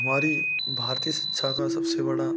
हमारी भारतीय शिक्षा का सबसे बड़ा